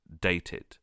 dated